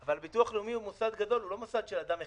אבל הביטוח הלאומי הוא לא מוסד של אדם אחד,